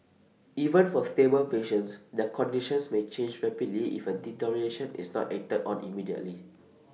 even for stable patients their conditions may change rapidly if A deterioration is not acted on immediately